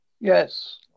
Yes